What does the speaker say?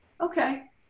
okay